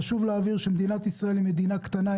חשוב להבהיר שמדינת ישראל היא מדינה קטנה,